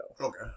Okay